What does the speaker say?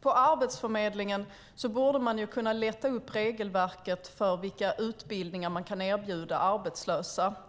På Arbetsförmedlingen borde man ju kunna leta upp regelverket för vilka utbildningar som man kan erbjuda arbetslösa.